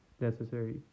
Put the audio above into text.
necessary